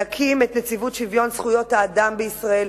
להקים את נציבות שוויון זכויות האדם בישראל,